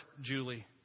Julie